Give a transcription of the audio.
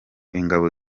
ingabo